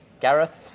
Gareth